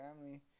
family